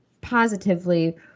positively